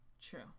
True